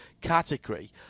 category